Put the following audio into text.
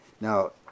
Now